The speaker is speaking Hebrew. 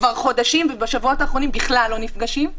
כבר חודשים ובשבועות האחרונים בכלל לא נפגשים,